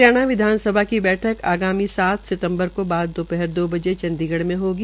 हरियाणा विधानसभा की बैठक आगामी सात सितम्बर के बाद दोपहर दो बजे चंडीगढ़ में होगी